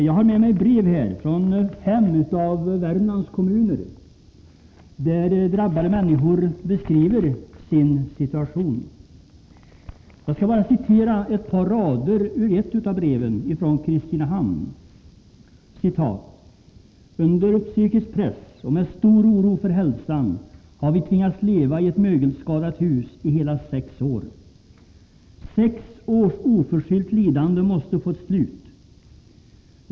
Jag har med mig brev ifrån fem av Värmlands kommuner, där drabbade människor beskriver sin situation. Jag skall bara citera ett par rader ur ett av breven, som kommer från Kristinehamn: ”Under psykisk press och med stor oro för hälsan har vi tvingats leva i ett mögelskadat hus i hela sex år. Sex års oförskyllt lidande måste få ett slut.